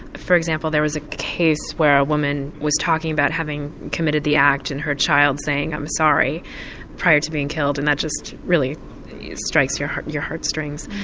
for example there was a case where a woman was talking about having committed the act and her child saying i'm sorry prior to being killed and that really strikes your heart your heart strings.